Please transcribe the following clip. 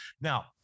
Now